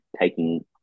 taking